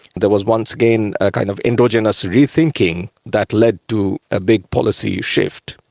there was once again a kind of endogenous rethinking that led to a big policy shift.